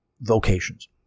vocations